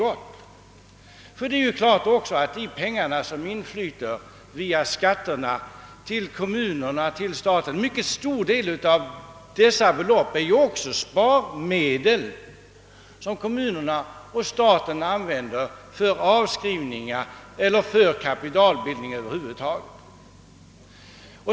En mycket stor del av de pengar som inflyter via skatter till kommunerna och staten är också sparmedel, som kommunerna och staten använder för avskrivningar eller kapitalbildning över huvud taget.